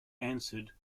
answered